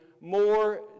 more